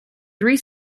three